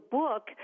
book